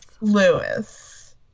lewis